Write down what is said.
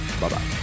Bye-bye